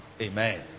Amen